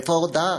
איפה ההודעה?